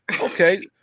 Okay